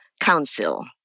Council